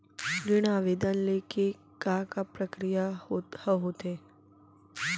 ऋण आवेदन ले के का का प्रक्रिया ह होथे?